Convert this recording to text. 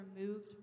removed